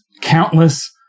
countless